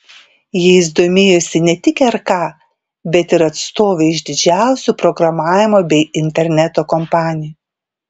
jais domėjosi ne tik rk bet ir atstovai iš didžiausių programavimo bei interneto kompanijų